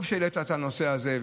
טוב שהעלית את הנושא הזה.